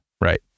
right